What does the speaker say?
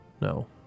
No